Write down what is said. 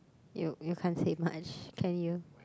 you you can't say much can you